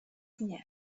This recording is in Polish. nie